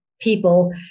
people